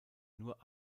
nur